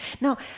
Now